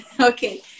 Okay